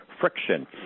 friction